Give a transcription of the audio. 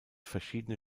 verschiedene